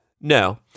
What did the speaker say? no